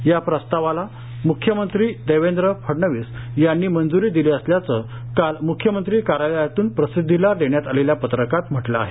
या प्रस्तावाला म्ख्यमंत्री देवेंद्र फडणवीस यांनी मंज्री दिली असल्याचं काल म्ख्यमंत्री कार्यालयातून प्रसिद्धीला देण्यात आलेल्या पत्रकात म्हटलं आहे